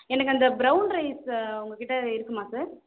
எனக்கு அந்த brown rice உங்ககிட்ட இருக்குமா சார்